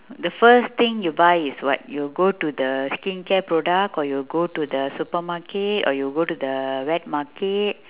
the first thing you buy is what you go to the skin care product or you go to the supermarket or you go to the wet market